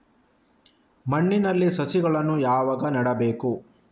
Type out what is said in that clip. ಮಣ್ಣಿನಲ್ಲಿ ಸಸಿಗಳನ್ನು ಯಾವಾಗ ನೆಡಬೇಕು?